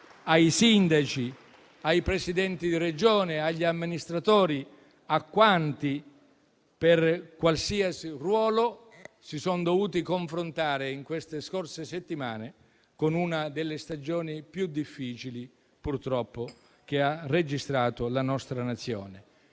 ai sindaci, ai Presidenti di Regione, agli amministratori e a quanti, in qualsiasi ruolo, si sono dovuti confrontare nelle scorse settimane con una delle stagioni più difficili che, purtroppo, abbia mai registrato la nostra Nazione.